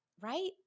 Right